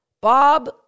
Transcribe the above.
Bob